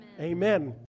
Amen